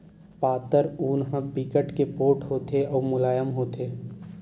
पातर ऊन ह बिकट के पोठ होथे अउ मुलायम होथे